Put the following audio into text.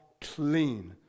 clean